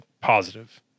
positive